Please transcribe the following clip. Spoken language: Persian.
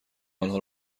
آنها